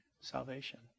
salvation